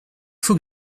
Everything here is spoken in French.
faut